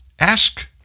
Ask